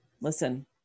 listen